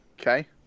Okay